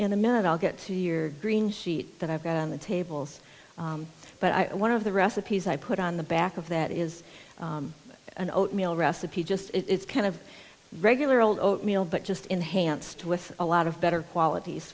in a minute i'll get to your green sheet that i've got on the tables but i one of the recipes i put on the back of that is an oatmeal recipe just it's kind of regular old oatmeal but just enhanced with a lot of better qualities